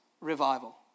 revival